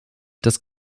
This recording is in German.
das